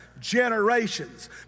generations